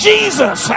Jesus